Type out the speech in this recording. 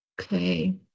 Okay